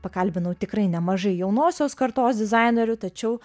pakalbinau tikrai nemažai jaunosios kartos dizainerių tačiau